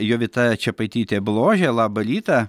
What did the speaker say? jovita čepaitytė bložė labą rytą